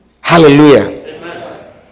Hallelujah